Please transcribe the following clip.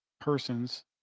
persons